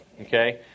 okay